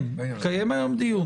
כן, נקיים היום דיון.